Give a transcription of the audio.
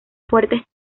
fuertes